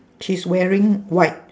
she's wearing white